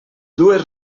dues